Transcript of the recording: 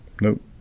Nope